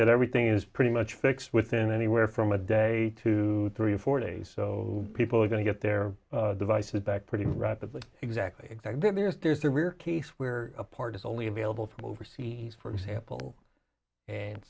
that everything is pretty much fixed within anywhere from a day to three or four days so people are going to get their devices back pretty rapidly exactly exactly because there's a rare case where a part is only available from overseas for example and